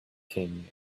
king